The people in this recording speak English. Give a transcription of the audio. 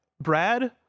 Brad